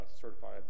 certified